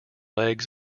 legs